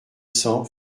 cents